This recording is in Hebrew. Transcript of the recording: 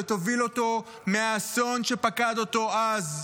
שתוביל אותו מהאסון שפקד אותו אז.